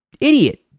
idiot